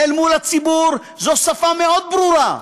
אל מול הציבור זו שפה מאוד ברורה,